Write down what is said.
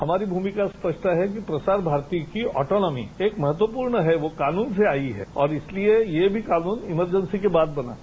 हमारी भूमिका स्पष्ट रहेगी कि प्रसार भारती की ऑटोनॉमी एक महत्वपूर्ण है वो कानून से आई है और इसलिये ये भी कानून एंमर्जे सी के बाद बना है